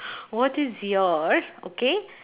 what is your okay